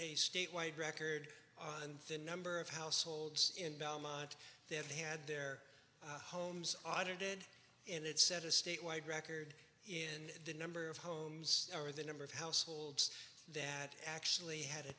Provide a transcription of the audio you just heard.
a statewide record on the number of households in belmont they have had their homes audited and it set a statewide record in the number of homes or the number of households that actually had to